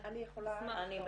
אני מבקשת.